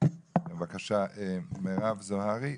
בבקשה מירב זוהרי.